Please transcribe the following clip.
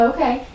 Okay